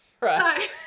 right